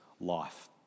life